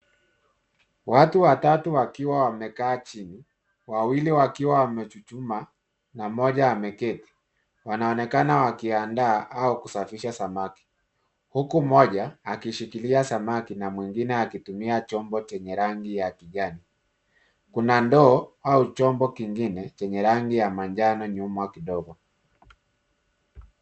Watu watatu wakiwa wamekaa chini, wawili wakiwa wamechuchuma, na mmoja ameketi. Wananekana wakiandaa, au kusafisha samaki, huku mmoja, akishikilia samaki, na mwingine akitumia chombo chenye rangi ya kijani. Kuna ndoo, au chombo kingine, chenye rangi ya manjano nyuma kidogo.